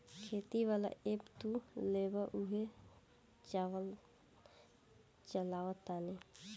खेती वाला ऐप तू लेबऽ उहे चलावऽ तानी